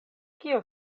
kio